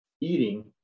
eating